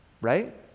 Right